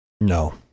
No